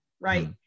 right